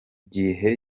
gihe